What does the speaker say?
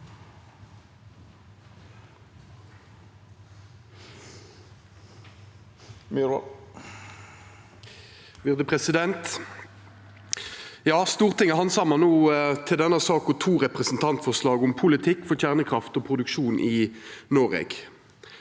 Stortinget handsamar til denne saka to representantforslag om politikk for kjernekraft og produksjon i Noreg.